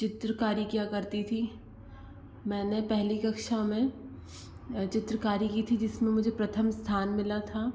चित्रकारी किया करती थी मैंने पहली कक्षा में चित्रकारी की थी जिसमे मुझे प्रथम स्थान मिला था